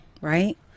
right